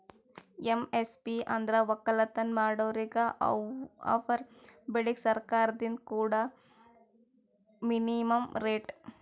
MSP ಅಂದ್ರ ವಕ್ಕಲತನ್ ಮಾಡೋರಿಗ ಅವರ್ ಬೆಳಿಗ್ ಸರ್ಕಾರ್ದಿಂದ್ ಕೊಡಾ ಮಿನಿಮಂ ರೇಟ್